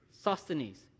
Sosthenes